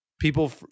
people